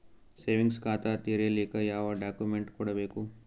Savings ಖಾತಾ ತೇರಿಲಿಕ ಯಾವ ಡಾಕ್ಯುಮೆಂಟ್ ಕೊಡಬೇಕು?